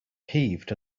heaved